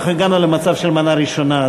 אנחנו הגענו למצב של מנה ראשונה,